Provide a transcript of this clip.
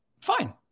Fine